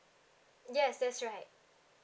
yes that's right